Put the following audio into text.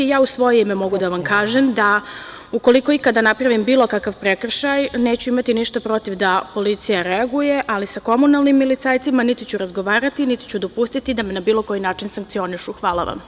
Ja u svoje ime mogu da vam kažem da ukoliko ikada napravim bilo kakav prekršaj, neću imati ništa protiv da policija reaguje, ali sa komunalnim milicajcima niti ću razgovarati, niti ću dopustiti da me na bilo koji način sankcionišu.